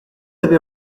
avait